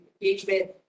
engagement